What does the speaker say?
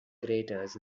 craters